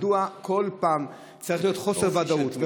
מדוע כל פעם צריך להיות חוסר ודאות,